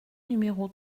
numéro